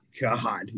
God